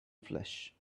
flesh